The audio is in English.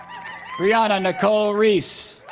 brianna nicole reece